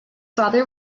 father